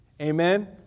Amen